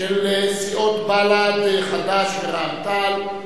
של סיעות בל"ד, חד"ש ורע"ם-תע"ל.